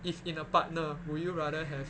if in a partner would you rather have